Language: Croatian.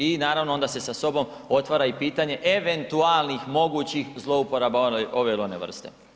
I naravno onda se sa sobom otvara i pitanje eventualnih mogućih zlouporaba ove ili one vrste.